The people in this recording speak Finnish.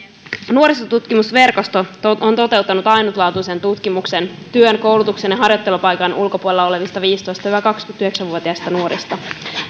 nuorisotutkimusverkosto on toteuttanut ainutlaatuisen tutkimuksen työn koulutuksen ja harjoittelupaikan ulkopuolella olevista viisitoista viiva kaksikymmentäyhdeksän vuotiaista nuorista